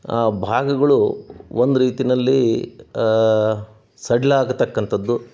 ಆ ಭಾಗಗಳು ಒಂದು ರೀತಿಯಲ್ಲಿ ಸಡಿಲಾಗತಕ್ಕಂಥದ್ದು